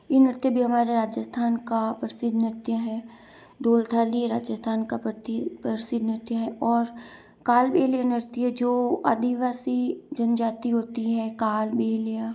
ये नृत्य भी हमारा राजस्थान का प्रसिद्ध नृत्य है ढोल थाली राजस्थान का प्रति प्रसिद्ध नृत्य है और कालबेलिया नृत्य जो आदिवासी जनजाति होती है कालबेलिया